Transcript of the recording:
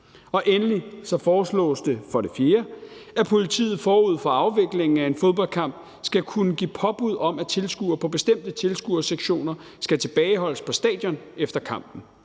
Endelig foreslås det, for det fjerde, at politiet forud for afviklingen af en fodboldkamp skal kunne give påbud om, at tilskuere på bestemte tilskuersektioner skal tilbageholdes på stadion efter kampen.